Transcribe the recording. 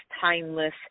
timeless